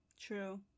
true